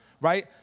right